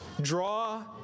draw